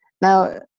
Now